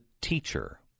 teacher